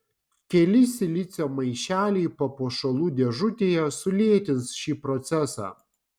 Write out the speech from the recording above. keli silicio maišeliai papuošalų dėžutėje sulėtins šį procesą